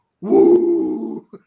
woo